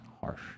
harsh